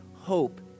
hope